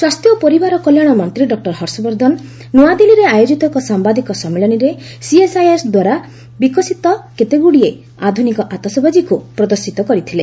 ସ୍ୱାସ୍ଥ୍ୟ ଓ ପରିବାର କଲ୍ୟାଣ ମନ୍ତ୍ରୀ ଡକ୍ଟର ହର୍ଷବର୍ଦ୍ଧନ ନୂଆଦିଲ୍ଲୀରେ ଆୟୋଜିତ ଏକ ସାମ୍ବାଦିକ ସମ୍ମିଳନୀରେ ଇଏସ୍ଆଇଆର୍ଦ୍ୱାରା ବିକଶିତ କେତେଗୁଡ଼ିଏ ଆଧୁନିକ ଆତସବାଜିକୁ ପ୍ରତର୍ଶିତ କରିଥିଲେ